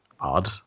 odd